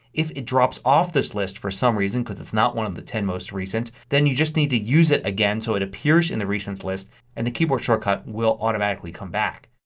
if it drops off this list for some reason because it's not one of the ten most recent, then you just need to use it again so it appears in the recent's list and the keyboard shortcut will automatically come back.